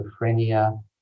schizophrenia